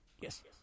Yes